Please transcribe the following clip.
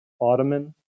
Ottoman